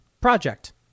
project